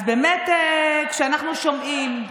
אז באמת כשאנחנו שומעים,